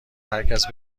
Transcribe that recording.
هرکس